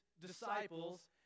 disciples